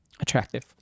attractive